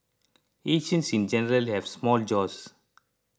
Asians in general have small jaws